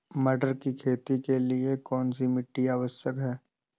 मटर की खेती के लिए कौन सी मिट्टी आवश्यक है?